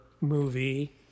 movie